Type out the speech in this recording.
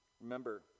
Remember